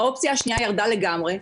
האופציה השנייה ירדה לגמרי,